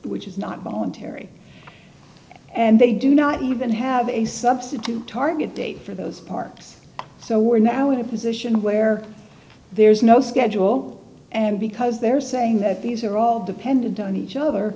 which is not voluntary and they do not even have a substitute target date for those parks so we're now in a position where there is no schedule and because they're saying that these are all dependent on each other